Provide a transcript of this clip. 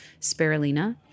spirulina